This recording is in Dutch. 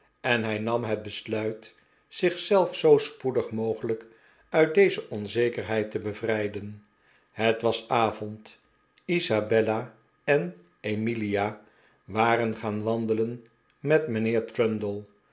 en hij nam het besluit zich zelf zoo spoedig mogelijk uit deze onzekerheid te bevrijden het was avond isabella en emilia waren gaan wandelen met mijnheer trundle